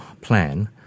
plan